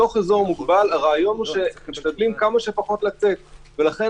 בתוך אזור מוגבל הרעיון הוא שמשתדלים כמה שפחות לצאת ולכן